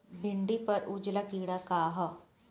भिंडी पर उजला कीड़ा का है?